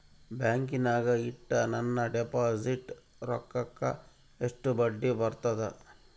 ಬ್ಯಾಂಕಿನಾಗ ಇಟ್ಟ ನನ್ನ ಡಿಪಾಸಿಟ್ ರೊಕ್ಕಕ್ಕ ಎಷ್ಟು ಬಡ್ಡಿ ಬರ್ತದ?